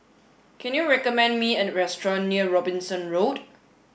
can you recommend me a restaurant near Robinson Road